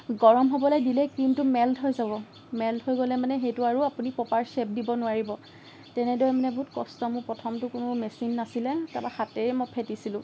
গৰম হ'বলৈ দিলেই ক্ৰিমটো মেল্ট হৈ যাব মেল্ট হৈ গ'লে মানে সেইটো আৰু আপুনি আৰু প্ৰপাৰ চেপ দিব নোৱাৰিব তেনেদৰে মানে বহুত কষ্ট মোৰ প্ৰথমটো কোনো মেচিন নাছিলে তাৰপৰা হাতেৰেই মই ফেটিছিলোঁ